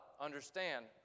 understand